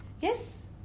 Yes